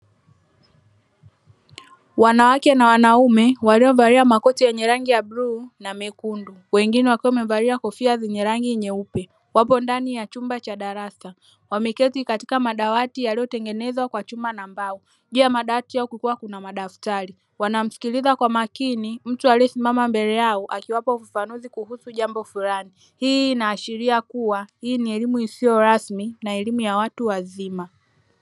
Wanawake na wanaume waliovalia makochi yenye rangi ya bluu na nyekundu, wengine wakiwa wamevalia kofia vyenye rangi nyeupe, wapo ndani ya chumba cha darasa wameketi katika madawati yaliyotengenezwa kwa chuma na mbao, juu ya madawati hayo kukiwa kuna madaftari wanamsikiliza kwa makini mtu aliyesimama mbele yao akiwapo ufafanuzi kuhusu jambo fulani, hii inaashiria kuwa hii ni elimu isiyo rasmi na elimu ya watu wazima.